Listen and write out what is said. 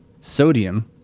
sodium